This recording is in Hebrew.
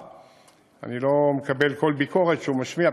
אני לא מקבל כל ביקורת שהוא משמיע,